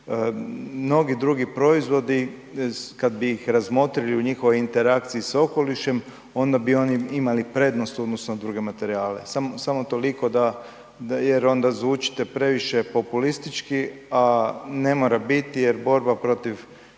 mnogi drugi proizvodi kad bi ih razmotrili u njihovoj interakciji s okolišem onda bi oni imali prednost u odnosu na druge materijale, samo toliko da, jer onda zvučite previše populistički, a ne mora biti jer borba protiv